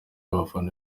abafana